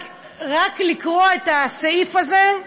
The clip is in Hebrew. רק לקרוא את הסעיף הזה,